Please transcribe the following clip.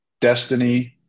destiny